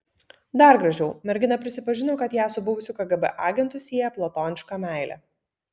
dar gražiau mergina prisipažino kad ją su buvusiu kgb agentu sieja platoniška meilė